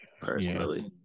personally